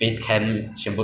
你有几个 module ah